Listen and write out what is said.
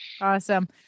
Awesome